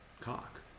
cock